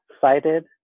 cited